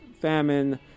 famine